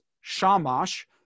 Shamash